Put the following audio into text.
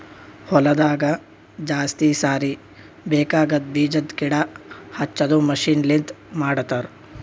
ಹೊಲದಾಗ ಜಾಸ್ತಿ ಸಾರಿ ಬೇಕಾಗದ್ ಬೀಜದ್ ಗಿಡ ಹಚ್ಚದು ಮಷೀನ್ ಲಿಂತ ಮಾಡತರ್